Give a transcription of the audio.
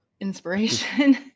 inspiration